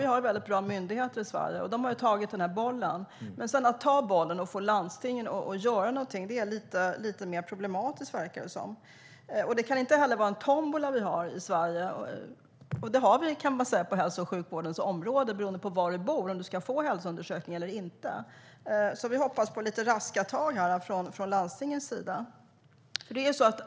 Vi har väldigt bra myndigheter i Sverige. De har tagit den här bollen. Men att sedan få landstingen att göra någonting är lite mer problematiskt, verkar det som. Vi kan inte heller ha en tombola i Sverige. Man kan säga att vi har det på hälso och sjukvårdens område. Det beror på var du bor om du ska få en hälsoundersökning eller inte. Vi hoppas alltså på raska tag från landstingens sida.